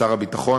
שר הביטחון,